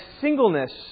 singleness